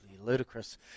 ludicrous